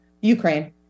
ukraine